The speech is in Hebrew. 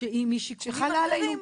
-- שהיא משיקולים אחרים,